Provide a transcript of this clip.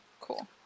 Cool